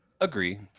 Agree